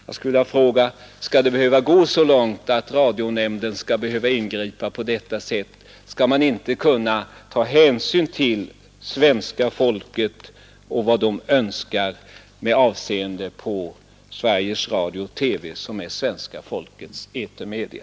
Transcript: Jag vill då fråga: Skall det behöva gå så långt att radionämnden måste ingripa? Skall man inte kunna ta hänsyn till vad svenska folket önskar med avseende på programutbudet i svenska folkets etermedia?